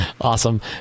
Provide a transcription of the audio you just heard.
Awesome